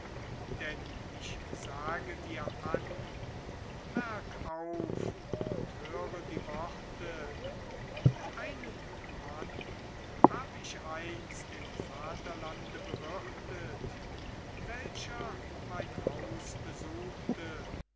denn ich sage dir an merk auf und höre die worte einen mann hab ich einst im vaterlande bewirtet welcher mein haus besuchte